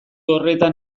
horretan